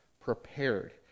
prepared